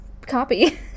copy